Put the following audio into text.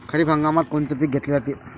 खरिप हंगामात कोनचे पिकं घेतले जाते?